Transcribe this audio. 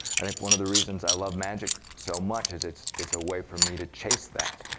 i think one of the reasons i love magic so much is it's it's a way for me to chase that.